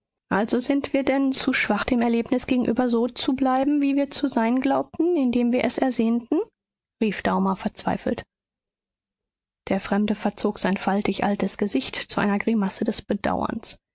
also sind wir denn zu schwach dem erlebnis gegenüber so zu bleiben wie wir zu sein glaubten indem wir es ersehnten rief daumer verzweifelt der fremde verzog sein faltig altes gesicht zu einer grimasse des bedauerns